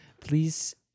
Please